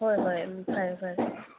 ꯍꯣꯏ ꯍꯣꯏ ꯎꯝ ꯐꯔꯦ ꯐꯔꯦ